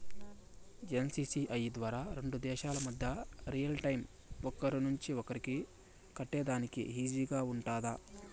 NCPI ద్వారా రెండు దేశాల మధ్య రియల్ టైము ఒకరి నుంచి ఒకరికి కట్టేదానికి ఈజీగా గా ఉంటుందా?